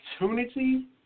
opportunity